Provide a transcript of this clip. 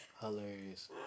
Hilarious